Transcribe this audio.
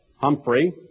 Humphrey